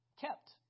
kept